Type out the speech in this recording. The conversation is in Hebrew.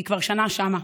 היא כבר שנה שם.